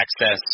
access